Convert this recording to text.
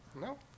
No